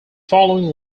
following